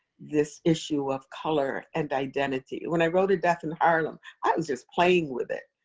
this issue of color and identity. when i wrote a death in harlem, i was just playing with it.